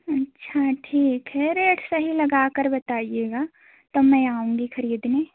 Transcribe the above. अच्छा ठीक है रेट सही लगा कर बताइएगा तब मैं आऊँगी खरीदने